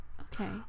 Okay